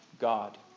God